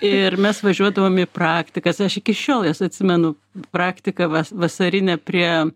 ir mes važiuodavom į praktikas aš iki šiol juos atsimenu praktika vas vasarinė prie